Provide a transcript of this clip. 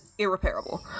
irreparable